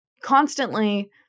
constantly